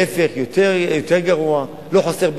להיפך, זה יותר גרוע, לא חוסך באנרגיה.